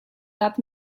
that